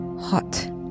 hot